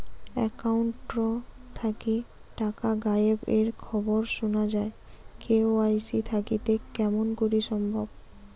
Account থাকি টাকা গায়েব এর খবর সুনা যায় কে.ওয়াই.সি থাকিতে কেমন করি সম্ভব?